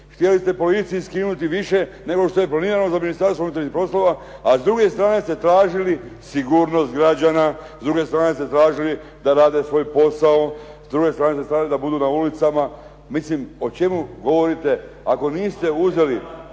htjeli ste policiji skinuti više nego što je planirano za Ministarstvo unutarnjih poslova a s druge strane ste tražili sigurnost građana, s druge strane ste tražili da rade svoj posao, s druge strane ste tražili da budu na ulicama. Mislim, o čemu govorite ako niste uzeli